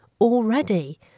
Already